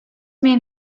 mean